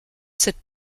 cette